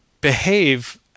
behave